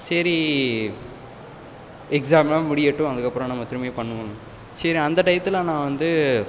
சரி எக்ஸாம்லாம் முடியட்டும் அதுக்கப்பறம் நம்ம திரும்பியும் பண்ணுவோம் சரி அந்த டையத்தில் நான் வந்து